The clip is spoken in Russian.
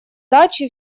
дачи